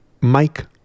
Mike